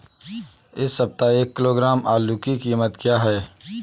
इस सप्ताह एक किलो आलू की कीमत क्या है?